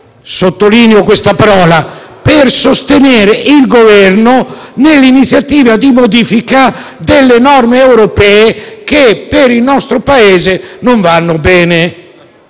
sottolineo la parola «sostenere» - il Governo nell'intervento di modifica delle norme europee che per il nostro Paese non vanno bene.